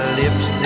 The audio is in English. lips